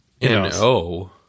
N-O